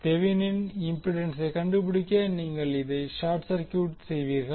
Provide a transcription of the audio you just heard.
தெவினின் இம்பிடன்சை கண்டுபிடிக்க நீங்கள் இதை ஷார்ட் சர்க்யூட் செய்வீர்கள்